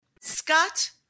Scott